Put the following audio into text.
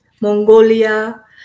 Mongolia